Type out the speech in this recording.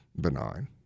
benign